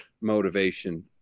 motivation